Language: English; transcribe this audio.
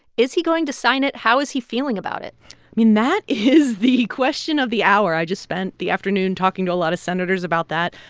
is he going to sign it? how is he feeling about it? i mean, that is the question of the hour. i just spent the afternoon talking to a lot of senators about that.